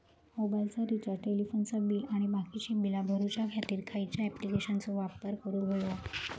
मोबाईलाचा रिचार्ज टेलिफोनाचा बिल आणि बाकीची बिला भरूच्या खातीर खयच्या ॲप्लिकेशनाचो वापर करूक होयो?